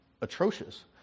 atrocious